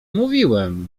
mówiłem